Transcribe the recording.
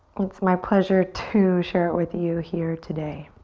it's my pleasure to share it with you here today